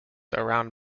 around